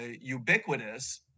ubiquitous